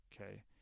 Okay